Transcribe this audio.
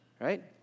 right